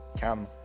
come